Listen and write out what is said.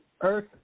Earth